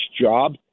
job